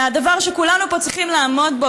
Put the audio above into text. והדבר שכולנו פה צריכים לעמוד בו,